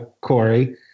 Corey